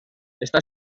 està